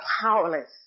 powerless